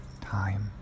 Time